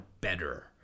better